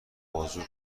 بازور